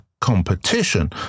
competition